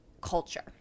culture